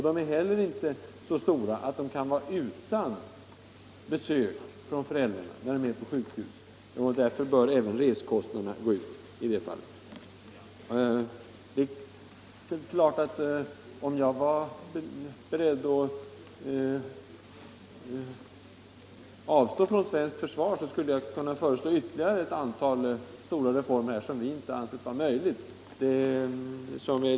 De är inte heller så stora att de kan vara utan besök av föräldrarna när de ligger på sjukhus, och därför bör även resekostnadsersättning utgå för sådana besök. Om jag var beredd att avstå från ett svenskt försvar skulle jag naturligtvis kunna föreslå ytterligare ett antal reformer, som nu inte är möjliga att genomföra.